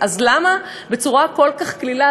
אז למה בצורה כל כך קלילה,